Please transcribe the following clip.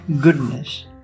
goodness